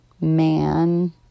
man